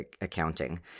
accounting